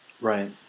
Right